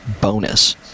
bonus